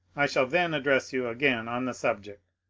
i shall then address you again on the subject.